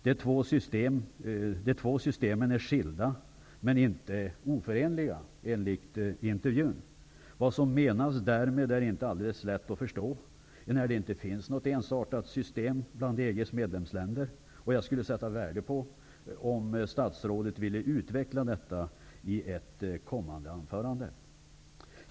De två systemen är, enligt intervjun, skilda men inte oförenliga. Vad som menas därmed är inte alldeles lätt att förstå, enär det inte finns något ensartat system bland EG:s medlemsländer. Jag skulle sätta värde på om statsrådet ville utveckla detta i ett kommande anförande.